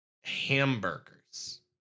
hamburgers